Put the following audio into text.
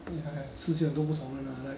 !hais! 世界很多不同人啊 like